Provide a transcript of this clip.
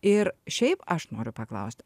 ir šiaip aš noriu paklaust